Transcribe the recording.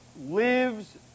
lives